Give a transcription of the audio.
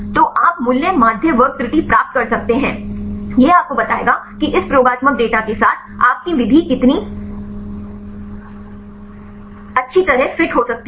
तो आप मूल माध्य वर्ग त्रुटि प्राप्त कर सकते हैं यह आपको बताएगा कि इस प्रयोगात्मक डेटा के साथ आपकी विधि कितनी अच्छी तरह फिट हो सकती है